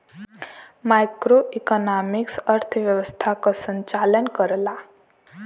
macroeconomics अर्थव्यवस्था क संचालन करला